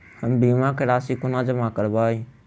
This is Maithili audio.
हम बीमा केँ राशि कोना जमा करबै?